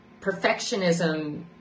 perfectionism